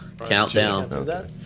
countdown